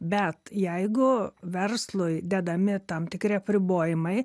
bet jeigu verslui dedami tam tikri apribojimai